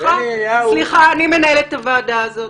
סליחה, אני מנהלת הוועדה הזאת.